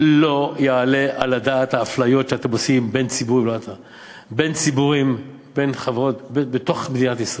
לא יעלה על הדעת האפליות שאתם עושים בין ציבור לציבור בתוך מדינת ישראל.